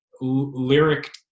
lyric